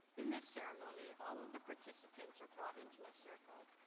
in this ceremony all of the participants are brought into a circle,